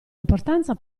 importanza